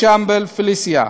ישמבל ופליסיה.